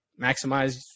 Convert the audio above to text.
maximize